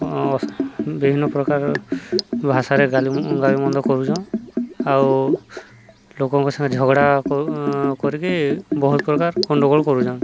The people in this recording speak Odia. ବିଭିନ୍ନ ପ୍ରକାର ଭାଷାରେ ଗାଳି ଗଳିମନ୍ଦ କରୁଛନ୍ ଆଉ ଲୋକଙ୍କ ସାଙ୍ଗେ ଝଗଡ଼ା କରିକି ବହୁତ ପ୍ରକାର ଗଣ୍ଡଗୋଳ କରୁଛନ୍